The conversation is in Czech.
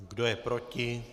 Kdo je proti?